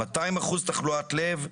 200% תחלואת לב,